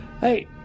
Hey